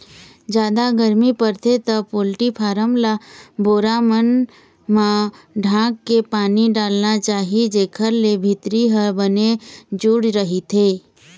जादा गरमी परथे त पोल्टी फारम ल बोरा मन म ढांक के पानी डालना चाही जेखर ले भीतरी ह बने जूड़ रहिथे